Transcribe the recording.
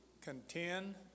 contend